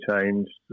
changed